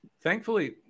thankfully